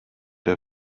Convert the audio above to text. der